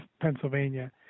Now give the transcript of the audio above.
Pennsylvania